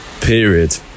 period